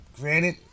granted